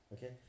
Okay